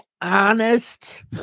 honest